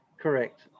Correct